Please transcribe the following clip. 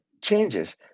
changes